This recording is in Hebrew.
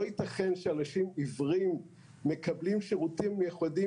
לא יתכן שאנשים עיוורים מקבלים שירותים מיוחדים